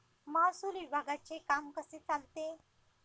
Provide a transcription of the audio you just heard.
महसूल विभागाचे काम कसे चालते?